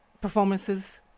performances